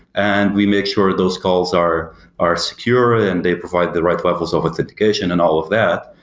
and we make sure those goals are are secure and they provide the right levels of authentication and all of that,